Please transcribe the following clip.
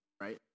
right